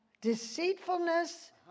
deceitfulness